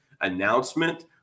announcement